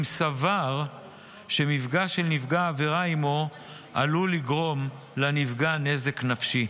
סבר שמפגש של נפגע העבירה עימו עלול לגרום לנפגע נזק נפשי.